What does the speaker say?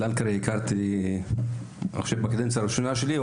את לנקרי הכרתי אני חושב בקדנציה הראשונה שלי,